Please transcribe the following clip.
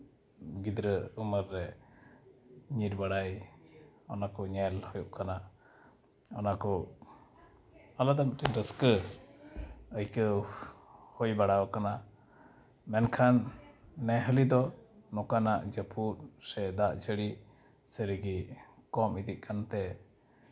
ᱜᱤᱫᱽᱨᱟᱹ ᱩᱢᱮᱨ ᱨᱮ ᱧᱤᱨ ᱵᱟᱲᱟᱭ ᱚᱱᱟ ᱠᱚ ᱧᱮᱞ ᱦᱩᱭᱩᱜ ᱠᱟᱱᱟ ᱚᱱᱟ ᱠᱚ ᱚᱱᱟᱫᱚ ᱢᱤᱫᱴᱮᱱ ᱨᱟᱹᱥᱠᱟᱹ ᱟᱭᱠᱟᱹᱣ ᱦᱩᱭ ᱵᱟᱲᱟᱣ ᱠᱟᱱᱟ ᱢᱮᱱᱠᱷᱟᱱ ᱱᱮ ᱦᱟᱹᱞᱤ ᱫᱚ ᱱᱚᱝᱠᱟᱱᱟᱜ ᱡᱟᱹᱯᱩᱫ ᱥᱮ ᱫᱟᱜ ᱡᱟᱹᱲᱤ ᱥᱟᱹᱨᱤᱜᱮ ᱠᱚᱢ ᱤᱫᱤᱜ ᱠᱟᱱᱛᱮ